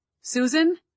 Susan